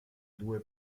due